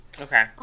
Okay